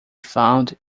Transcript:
found